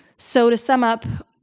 so to sum up,